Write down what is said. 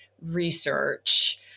research